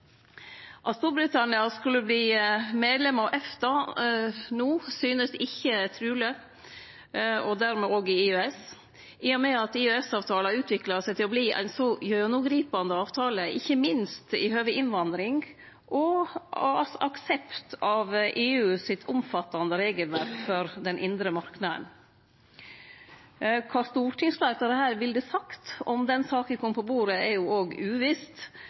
At Storbritannia skulle verte medlem av EFTA no – og dermed òg av EØS – synest ikkje truleg, i og med at EØS-avtalen har utvikla seg til å verte ein så gjennomgripande avtale, ikkje minst når det gjeld innvandring og aksept av EUs omfattande regelverk for den indre marknaden. Kva stortingsfleirtalet ville sagt om den saka kom på bordet, er uvisst, men det er vel ikkje slik at ein til sjuande og